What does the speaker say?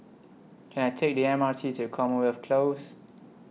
Can I Take The M R T to Commonwealth Close